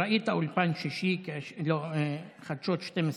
ראית אולפן שישי, חדשות 12?